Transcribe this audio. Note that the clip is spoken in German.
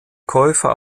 käufer